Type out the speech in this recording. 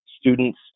students